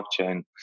blockchain